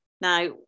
Now